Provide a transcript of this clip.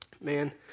man